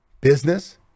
business